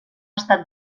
estat